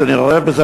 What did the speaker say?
ואני רואה בזה,